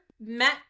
met